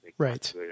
Right